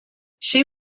she